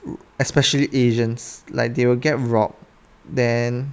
especially asians like they will get robbed then